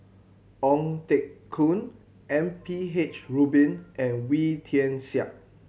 Ong Teng Koon M P H Rubin and Wee Tian Siak